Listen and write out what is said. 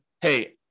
hey